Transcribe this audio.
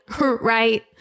Right